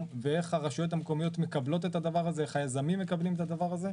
ואיך הרשויות המקומיות מקבלות את הדבר הזה,